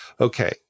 okay